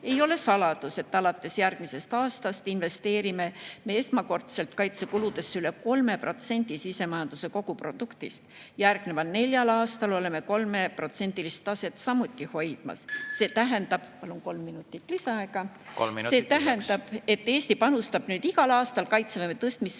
Ei ole saladus, et alates järgmisest aastast investeerime me esmakordselt kaitsekuludesse üle 3% sisemajanduse koguproduktist. Järgneval neljal aastal oleme 3% taset samuti hoidmas. See tähendab … Palun kolm minutit lisaaega. Kolm